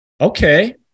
okay